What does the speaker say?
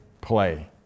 play